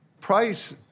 price